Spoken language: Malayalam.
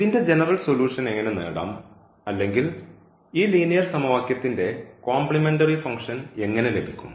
ഇതിൻറെ ജനറൽ സൊലൂഷൻ എങ്ങനെ നേടാം അല്ലെങ്കിൽ ഈ ലീനിയർ സമവാക്യത്തിൻറെ കോംപ്ലിമെൻററി ഫംഗ്ഷൻ എങ്ങനെ ലഭിക്കും